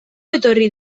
etorri